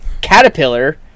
caterpillar